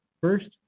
First